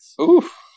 Oof